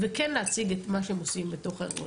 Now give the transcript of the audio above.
וכן להציג את מה שהם עושים בתוך ארגון.